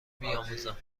بیاموزند